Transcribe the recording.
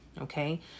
okay